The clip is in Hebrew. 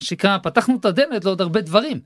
שנקרא, פתחנו את הדלת לעוד הרבה דברים.